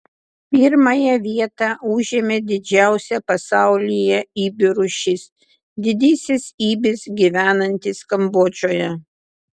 pirmąją vietą užėmė didžiausia pasaulyje ibių rūšis didysis ibis gyvenantis kambodžoje